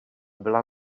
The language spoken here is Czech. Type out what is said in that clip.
byla